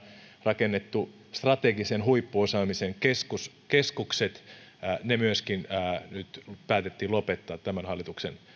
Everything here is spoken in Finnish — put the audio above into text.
rakennetut strategisen huippuosaamisen keskukset keskukset myöskin päätettiin lopettaa tämän hallituksen